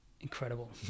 Incredible